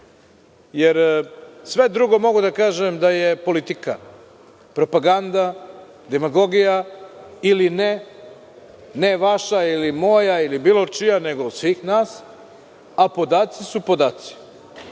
govorio. Sve drugo mogu da kažem da je politika, propaganda, demagogija ili ne vaša ili moja, bilo čija, nego svih nas, a podaci su podaci. Nije